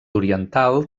oriental